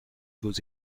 vos